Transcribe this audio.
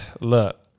Look